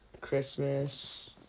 Christmas